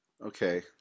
Okay